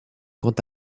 quant